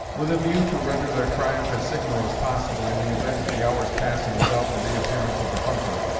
with a view to render their triumph as signal as possible, in the event of the hour's passing without the reappearance of the hunter,